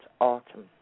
autumn